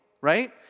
right